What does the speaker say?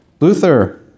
Luther